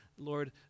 Lord